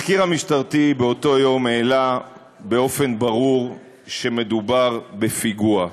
התחקיר המשטרתי באותו יום העלה באופן ברור שמדובר בפיגוע.